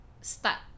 start